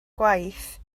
gwaith